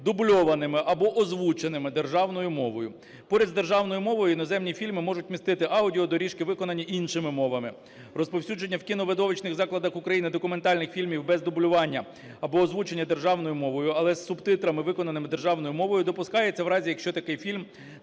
дубльованими або озвученими державною мовою. Поряд з державною мовою іноземні фільми можуть містити аудіодоріжки, виконані іншими мовами. Розповсюдження в кіновидовищних закладах України документальних фільмів без дублювання або озвучення державною мовою, але з субтитрами, виконаними державною мовою, допускається в разі, якщо такий фільм